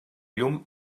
llum